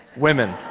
women.